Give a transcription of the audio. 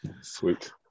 Sweet